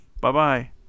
Bye-bye